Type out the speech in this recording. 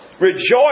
rejoice